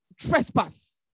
trespass